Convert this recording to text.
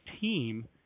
team